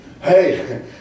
Hey